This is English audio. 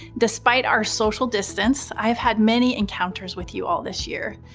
despite our social distance, i've had many encounters with you all this year.